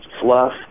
fluff